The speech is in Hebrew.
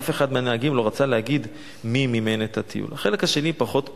אף אחד מהנהגים לא רצה להגיד מי מימן את הטיול." החלק השני פחות חשוב,